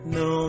no